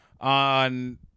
on